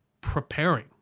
preparing